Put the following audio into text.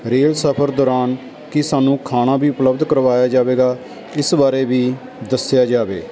rail ਸਫ਼ਰ ਦੌਰਾਨ ਕੀ ਸਾਨੂੰ ਖਾਣਾ ਵੀ ਉਪਲਬਧ ਕਰਵਾਇਆ ਜਾਵੇਗਾ ਇਸ ਬਾਰੇ ਵੀ ਦੱਸਿਆ ਜਾਵੇ